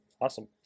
awesome